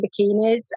bikinis